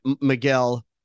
Miguel